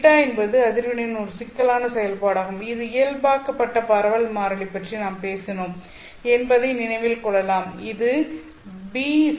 b என்பது அதிர்வெண்ணின் ஒரு சிக்கலான செயல்பாடாகும் இந்த இயல்பாக்கப்பட்ட பரவல் மாறிலி பற்றி நாம் பேசினோம் என்பதை நினைவில் கொள்வோம்